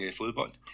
fodbold